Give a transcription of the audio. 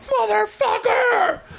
motherfucker